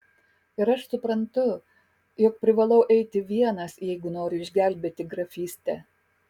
ir aš suprantu jog privalau eiti vienas jeigu noriu išgelbėti grafystę